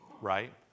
Right